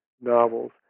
novels